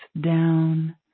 down